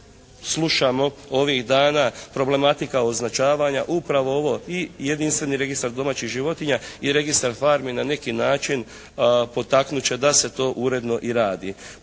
slušamo ovih dana problematika označavanja upravo ovo i jedinstveni registar domaćih životinja i registar farmi na neki način potaknut će da se to uredno i radi.